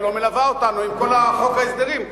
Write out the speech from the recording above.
היא הלוא מלווה אותנו עם כל חוק ההסדרים,